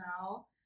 now